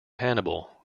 hannibal